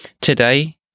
Today